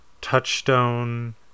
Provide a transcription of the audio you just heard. Touchstone